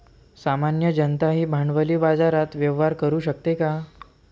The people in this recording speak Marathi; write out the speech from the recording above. सामान्य जनताही भांडवली बाजारात व्यवहार करू शकते का?